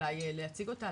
אולי להציג אותה,